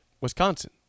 Wisconsin